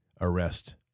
arrest